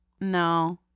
No